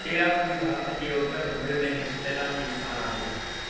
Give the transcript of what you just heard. चेरापूंजी भारत जे उत्तर ओभिरि में हिकु सेलानी स्थान आहे